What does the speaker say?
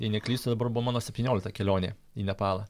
jei neklystu dabar buvo mano septyniolikta kelionė į nepalą